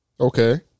Okay